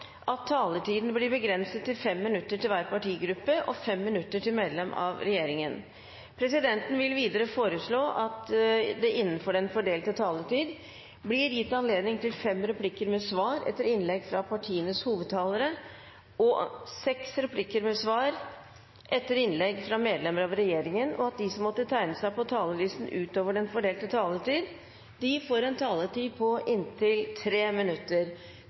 at taletiden blir begrenset til 5 minutter til hver partigruppe og 5 minutter til medlem av regjeringen. Presidenten vil videre foreslå at det innenfor den fordelte taletid blir gitt anledning til fem replikker med svar etter innlegg fra partienes hovedtalere og seks replikker med svar etter innlegg fra medlem av regjeringen, og at de som måtte tegne seg på talerlisten utover den fordelte taletid, får en taletid på inntil 3 minutter.